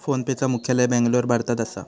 फोनपेचा मुख्यालय बॅन्गलोर, भारतात असा